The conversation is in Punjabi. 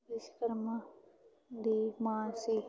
ਵਿਸ਼ਵਕਰਮਾ ਦੀ ਮਾਂ ਸੀ